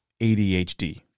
ADHD